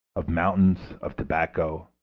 of mountains of tobacco,